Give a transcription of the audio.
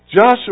Joshua